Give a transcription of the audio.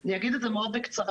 אני אגיד את זה מאוד בקצרה.